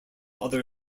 other